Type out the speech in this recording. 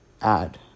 add